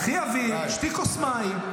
קחי אוויר, שתי כוס מים.